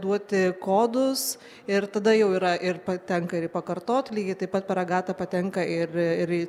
duoti kodus ir tada jau yra ir patenka ir pakartot lygiai taip pat per agatą patenka ir ir į